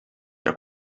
que